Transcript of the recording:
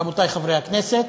רבותי חברי הכנסת.